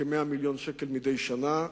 כ-100 מיליוני שקלים מדי שנה,